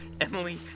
Emily